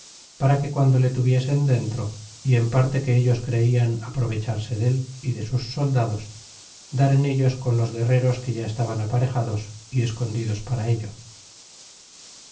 para que guando le tuviesen dentro y en parte que ellos creian aprovecharse dél y de sus soldados dar en ellos con los guerreros que ya estaban aparejados y escondidos para ello